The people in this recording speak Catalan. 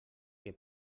que